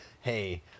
hey